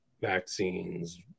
vaccines